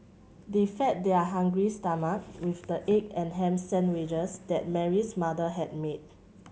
they fed their hungry stomach with the egg and ham sandwiches that Mary's mother had made